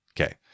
Okay